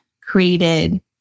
created